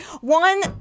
One